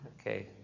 Okay